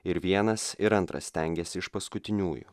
ir vienas ir antras stengiasi iš paskutiniųjų